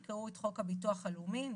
יקראו את חוק הביטוח הלאומי ,